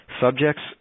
subjects